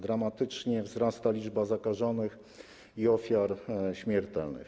Dramatycznie wzrasta liczba zakażonych i ofiar śmiertelnych.